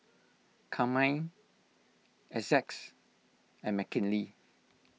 Carmine Essex and Mckinley